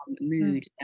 mood